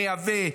מייבא,